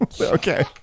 Okay